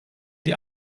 die